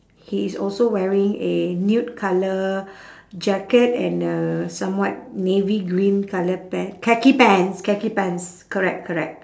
he is also wearing a nude colour jacket and a somewhat navy green colour pan~ khaki pants khaki pants correct correct